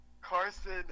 Carson